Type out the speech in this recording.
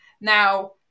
Now